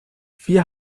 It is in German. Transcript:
wir